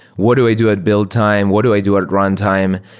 what do i do at build time? what do i do at at runtime?